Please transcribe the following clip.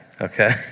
Okay